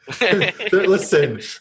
Listen